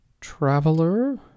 traveler